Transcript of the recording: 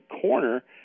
corner